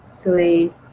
three